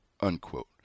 unquote